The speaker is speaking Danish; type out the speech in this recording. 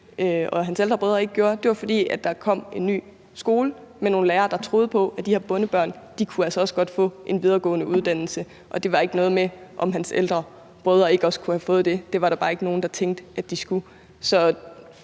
at hans ældre brødre ikke gjorde, var, at der kom en ny skole med nogle lærere, der troede på, at de her bondebørn altså også godt kunne få en videregående uddannelse. Det var ikke noget med, om hans ældre brødre ikke også kunne have fået det; det var der bare ikke nogen der tænkte at de skulle.